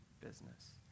business